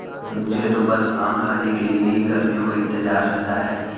मुझे तो बस आम खाने के लिए ही गर्मियों का इंतजार रहता है